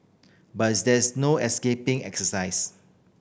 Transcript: but is there is no escaping exercise